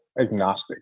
agnostic